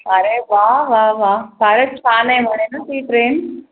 अरे वा वा वा फारच छान आहे म्हणे ना ती ट्रेन